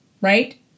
right